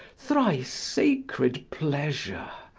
thrice sacred pleasure,